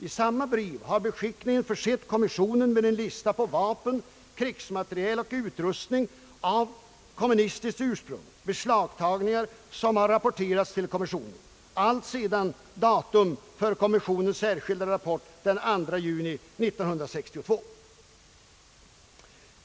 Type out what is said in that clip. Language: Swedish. I samma brev har beskickningen försett kommissionen med en lista på vapen, krigsmateriel och utrustning av kommunistiskt ursprung, beslagtagningar som rapporterats till kommissionen alltsedan datum för kommissionens särskilda rapport den 2 juni 1962. 6.